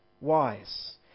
wise